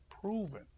proven